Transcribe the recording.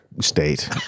state